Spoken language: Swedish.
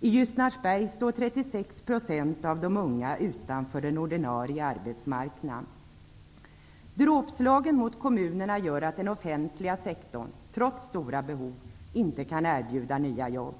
I Ljusnarsberg står 36 % av de unga utanför den ordinarie arbetsmarknaden. Dråpslagen mot kommunerna gör att den offentliga sektorn, trots stora behov, inte kan erbjuda nya jobb.